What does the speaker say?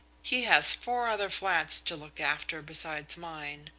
he has four other flats to look after besides mine.